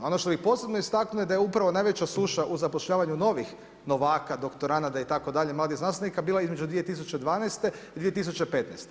A ono što bih posebno istaknuo je da je upravo najveća suša u zapošljavanju novih novaka, doktoranada itd., mladih znanstvenika bila između 2012. i 2015.